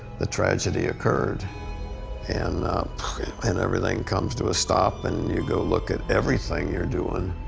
the tragedy occured and and everything comes to a stop and you go look at everything you're doing.